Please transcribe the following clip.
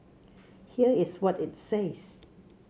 here is what it says